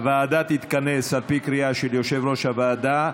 הוועדה תתכנס על פי קריאה של יושב-ראש הוועדה.